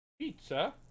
pizza